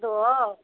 ಅದು